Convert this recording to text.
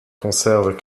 conservent